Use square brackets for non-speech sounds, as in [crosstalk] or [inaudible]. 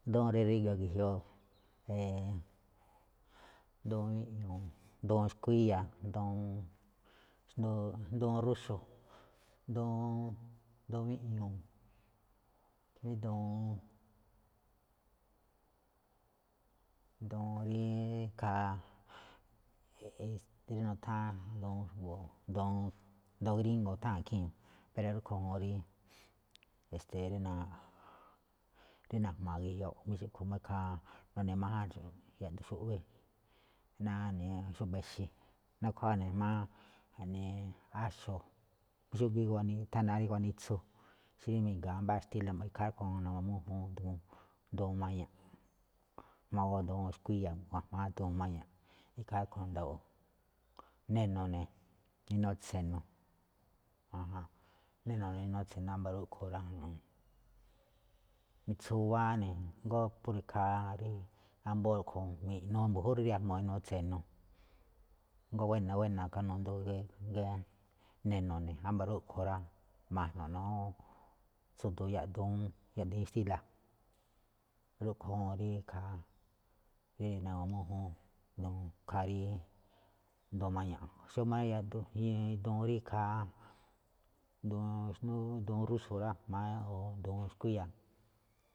Duun rí ríga̱ ge̱jioꞌ, [hesitation] [noise] duun wíꞌñu̱u̱, duun xkuíya̱, duun [hesitation] xndú rúxo̱n, duun wíꞌñu̱u̱, duun, [hesitation] duun rí ikaa [hesitation] nutháán xa̱bo̱, duun gríngo̱ nutháa̱n ikhii̱n, pero rúꞌkhue̱n ñajuun rí esteeꞌ rí najma̱a̱, [hesitation] rí najma̱a̱ ge̱jioꞌ, jamí xúꞌkhue̱n máꞌ ikhaa nu̱ne̱ májánxo̱ꞌ yaꞌduun xúꞌwí, ná xúba̱ exe̱, nakhuáa ne̱ jma̱á ja̱ꞌnee áxo̱, xúgíí thana rí ganitsu, xí mi̱ga̱a̱ mbáa xtíla̱, ikhaa rúꞌkhue̱n na̱gu̱ma mújúun duun, duun maña̱ꞌ, jma̱á duun skuíya̱ ma̱ꞌne jma̱á duun maña̱ꞌ, ikhaa rúꞌkhue̱n ma̱nda̱wo̱o̱ꞌ, neno̱ ne̱ inuu tse̱no̱, neno̱ ne̱ inuu tse̱no̱, wámba̱ rúꞌkhue̱n rá, nitsuwáá ne̱, jngó púro̱ ikhaa, ambóo rúꞌkhue̱n mi̱ꞌnu̱u̱ mbu̱júꞌ rí riajmu̱u̱ ná inuu tse̱no̱, jngó buéna, jngó buéna, kanundu neno̱ wámba̱ rúꞌkhue̱n rá. Ma̱jno̱ꞌ ne̱ awúun tsu̱du̱u̱ yaꞌduun, yaꞌdiin xtíla̱, rúꞌkhue̱n ñajuun rí ikhaa, rí na̱gu̱ma mújúun, ikhaa rí duun maña̱ꞌ. Xómáꞌ yaꞌduun rí ikhaa, duun [hesitation] rúxo̱ rá jma̱á o duun xkuíya̱. [noise]